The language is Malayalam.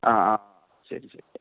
ആ ആ ശരി ശരി